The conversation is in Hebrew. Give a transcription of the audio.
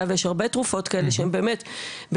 ויש המון תרופות כאלה שהם באמת בפיקוח,